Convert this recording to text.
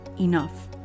enough